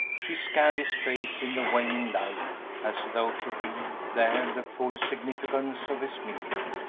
she scanned his face in the waning light as though to read there the full significance of his meaning.